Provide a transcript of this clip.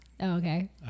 Okay